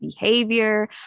behavior